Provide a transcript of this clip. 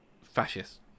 fascist